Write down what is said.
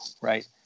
right